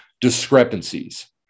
discrepancies